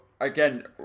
again